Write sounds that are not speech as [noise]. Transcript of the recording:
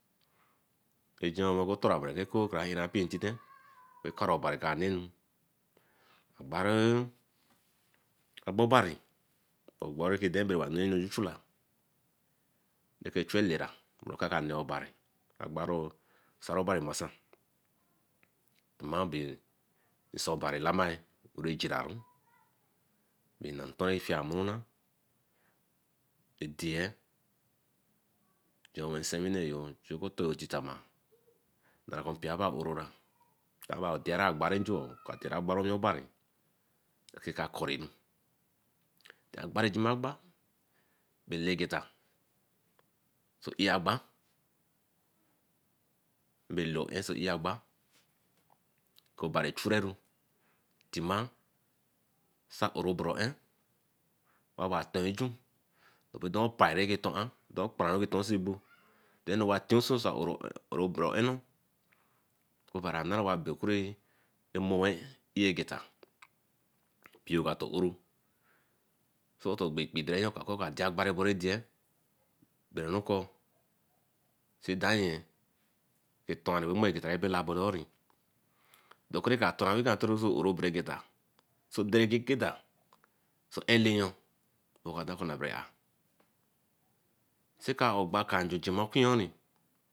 Ejieh Eco kera erapiteta ekara obariwa nenu. Obarun obobari obannrun ka banenu echula re-kechu elera nēe obari osaro bana masan. Yemasaa obari lamaaye ba bai jaera nnan. Ntan refemuru e dienne ju wen sewine oo bara cotoye titama jerunwe mpioba orora de ba dey ogbarinjo kaā dei oba owre obari ke ka curne ba banjimagba balegeta see egba ba lo sojuragba ko obari Chureyu jima sobo berene aba tenju bere beren oparenwu re ton sebo than owa trenso [hesitation] Berenneru nanu obari wa nah we owa ben okereah e mah egeta, mpioyo ka ton oro tema ko owo gbo ekpi oka dey ogba re kere dey bereko sidene retonru reberekuterure rekukatun regetta se regeta seruregeta so eleyu oka dan kubabere are [unintelligible]